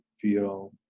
feel